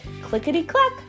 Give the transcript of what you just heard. clickety-clack